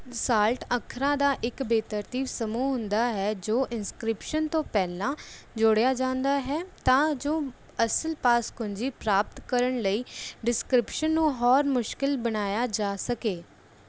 salt ਅੱਖਰਾਂ ਦਾ ਇੱਕ ਬੇਤਰਤੀਬ ਸਮੂਹ ਹੁੰਦਾ ਹੈ ਜੋ ਇਨਸਕ੍ਰਿਪਸ਼ਨ ਤੋਂ ਪਹਿਲਾਂ ਜੋੜਿਆ ਜਾਂਦਾ ਹੈ ਤਾਂ ਜੋ ਅਸਲ ਪਾਸ ਕੁੰਜੀ ਪ੍ਰਾਪਤ ਕਰਨ ਲਈ ਡਿਸਕ੍ਰਿਪਸ਼ਨ ਨੂੰ ਹੋਰ ਮੁਸ਼ਕਲ ਬਣਾਇਆ ਜਾ ਸਕੇ